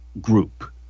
group